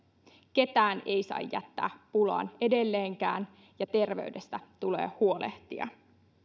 ketään ei saa jättää pulaan edelleenkään ja terveydestä tulee huolehtia